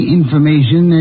information